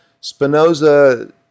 Spinoza